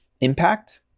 impact